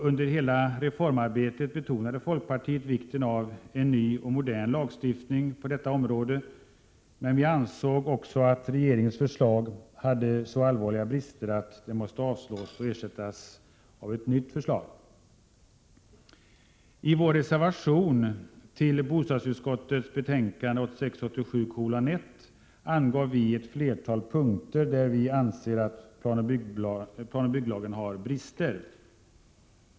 Under hela reformarbetet betonade folkpartiet vikten av en ny och modern lagstiftning på detta område, men vi ansåg också att regeringens förslag hade så allvarliga brister att det måste avslås och ersättas av ett nytt förslag. I vår reservation till bostadsutskottets betänkande 1986/87:1 angav vi ett flertal punkter, där vi anser att planoch bygglagen har brister.